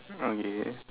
okay